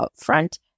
upfront